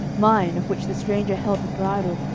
mine, of which the stranger held the bridle,